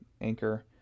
Anchor